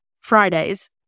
Fridays